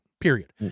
period